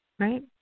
Right